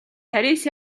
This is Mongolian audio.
парис